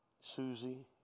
Susie